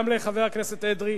גם לחבר הכנסת אדרי,